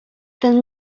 ten